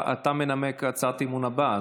אתה מנמק את הצעת האי-אמון הבאה,